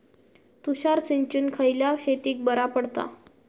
तुषार सिंचन खयल्या शेतीक बरा पडता?